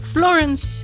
Florence